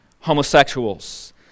homosexuals